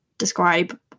describe